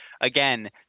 again